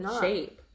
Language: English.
shape